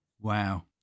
wow